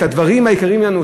את הדברים היקרים לנו,